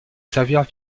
servir